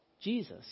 Jesus